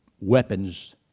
weapons